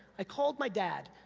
i called my dad.